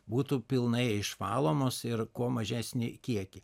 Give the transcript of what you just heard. būtų pilnai išvalomos ir kuo mažesniai kiekiai